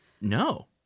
no